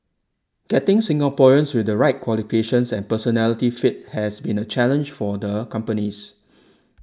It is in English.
getting Singaporeans with the right qualifications and personality fit has been a challenge for the companies